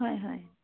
হয় হয়